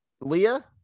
Leah